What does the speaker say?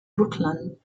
brookline